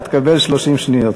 אתה תקבל 30 שניות.